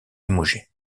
limogé